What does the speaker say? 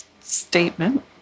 statement